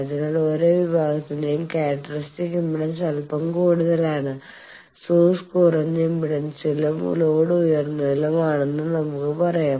അതിനാൽ ഓരോ വിഭാഗത്തിന്റെയും ക്യാരക്ടറിസ്റ്റിക്സ് ഇംപെഡൻസ് അല്പം കൂടുതലാണ് സോഴ്സ് കുറഞ്ഞ ഇംപെഡൻസിലും ലോഡ് ഉയർന്നതിലും ആണെന്ന് നമുക്ക് പറയാം